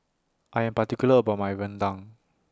I Am particular about My Rendang